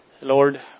Lord